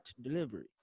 delivery